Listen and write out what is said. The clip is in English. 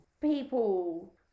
people